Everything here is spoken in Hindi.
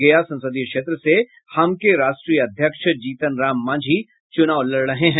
गया संसदीय क्षेत्र से हम के राष्ट्रीय अध्यक्ष जीतन राम मांझी चुनाव लड़ रहे हैं